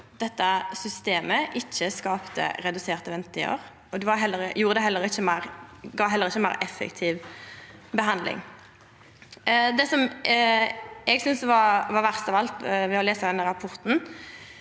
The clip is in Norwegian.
dette systemet ikkje skapte reduserte ventetider, og det gav heller ikkje meir effektiv behandling. Det eg syntest var verst av alt ved å lesa denne rapporten,